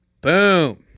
Boom